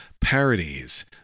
parodies